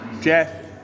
Jeff